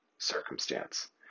circumstance